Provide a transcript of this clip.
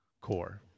core